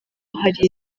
hari